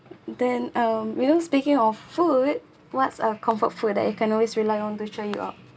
then um you know speaking of food what's a comfort food that you can always rely on to cheer you up